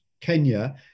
Kenya